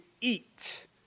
eat